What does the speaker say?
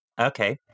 okay